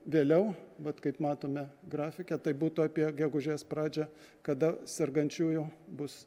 vėliau vat kaip matome grafike tai būtų apie gegužės pradžią kada sergančiųjų bus